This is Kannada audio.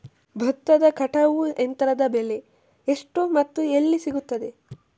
ಭತ್ತದ ಕಟಾವು ಯಂತ್ರದ ಬೆಲೆ ಎಷ್ಟು ಮತ್ತು ಎಲ್ಲಿ ಸಿಗುತ್ತದೆ?